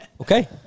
Okay